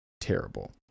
terrible